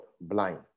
blind